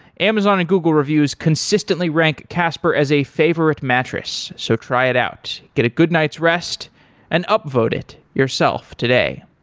amazon and google reviews consistently rank casper as a favorite mattress, so try it out. get a good night's rest and up-vote it yourself today.